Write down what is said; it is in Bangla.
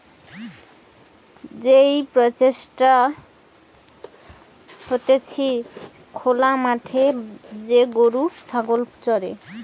যেই প্রসেসটা হতিছে খোলা মাঠে যে গরু ছাগল চরে